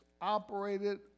operated